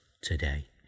today